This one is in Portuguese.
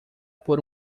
por